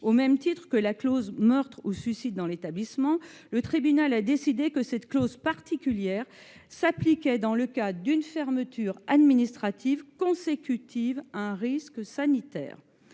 Au même titre que la clause « meurtres ou suicides dans l'établissement », le tribunal a décidé que cette clause particulière s'appliquait dans le cas d'une fermeture administrative consécutive à un risque sanitaire.